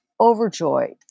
overjoyed